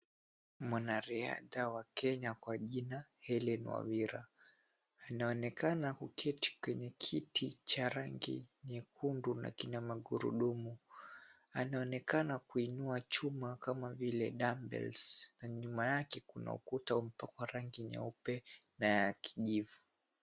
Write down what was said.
Mwanariadha wa Kenya kwa jina, Helen Wawira, anaonekana kuketi kwenye kiti cha rangi nyekundu na kina magurudumu. Qnaonekana kuinua chuma kama vile dumbbells , na nyuma yake kuna ukuta umepakwa rangi nyeupe na ya kijivu.